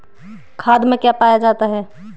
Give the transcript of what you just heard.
खाद में क्या पाया जाता है?